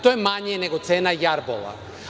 To je manje nego cena jarbola.